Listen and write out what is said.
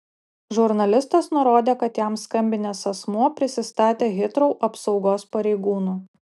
žurnalistas nurodė kad jam skambinęs asmuo prisistatė hitrou apsaugos pareigūnu